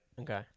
Okay